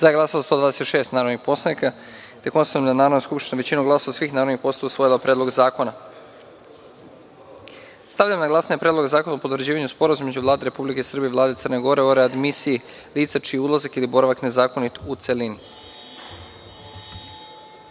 prisutnih 128 narodnih poslanika. Konstatujem da je Narodna skupština većinom glasova svih narodnih poslanika usvojila Predlog zakona. Stavljam na glasanje Predlog zakona o potvrđivanju Sporazuma između Vlade Republike Srbije i Vlade Crne Gore o readmisiji lica čiji je ulazak ili boravak nezakonit u celini.